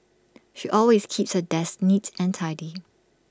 she always keeps her desk neat and tidy